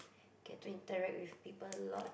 get to interact with people a lot